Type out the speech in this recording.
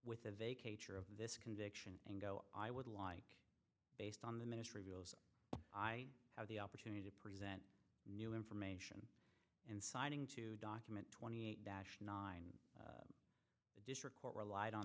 with a vacate sure of this conviction and go i would like based on the ministry i have the opportunity to present new information and signing to document twenty eight dash nine district court relied on